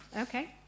Okay